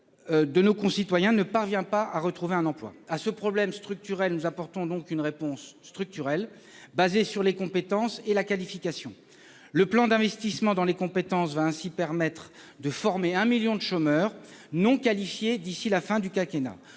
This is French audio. de nos concitoyens ne parvient pas à retrouver un emploi. À ce problème structurel, nous apportons une réponse structurelle, basée sur les compétences et la qualification. Le plan d'investissement dans les compétences va ainsi permettre de former 1 million de chômeurs non qualifiés d'ici à la fin du quinquennat,